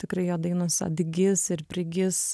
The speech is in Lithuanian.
tikrai jo dainos atgis ir prigis